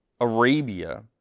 Arabia